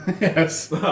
Yes